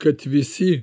kad visi